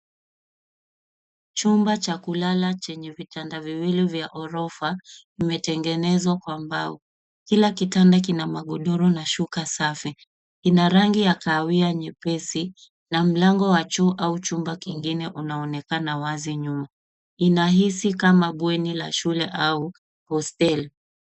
Chumba cha kulala chenye vitanda viwili vya ghorofa, vimetengenezwa kwa mbao. Kila kitanda kina magodoro na shuka safi. Ina rangi ya kahawia nyepesi, na mlango wa choo au chumba kingine unaonekana wazi nyuma. Inahisi kama bweni la shule au hosteli.